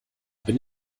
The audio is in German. bin